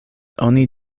oni